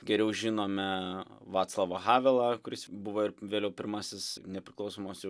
geriau žinome vaclavą havelą kuris buvo ir vėliau pirmasis nepriklausomos